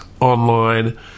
online